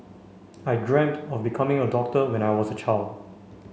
I dreamt of becoming a doctor when I was a child